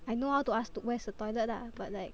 I know how to ask to where's the toilet lah but like